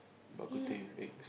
bak-kut-teh wait